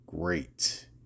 great